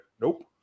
Nope